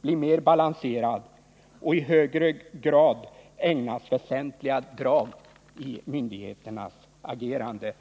bli mer balanserad och i högre grad ägnas väsentliga drag i myndigheternas agerande.